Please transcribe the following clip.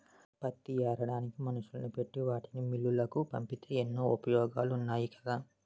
పత్తి ఏరడానికి మనుషుల్ని పెట్టి వాటిని మిల్లులకు పంపితే ఎన్నో ఉపయోగాలున్నాయి కదా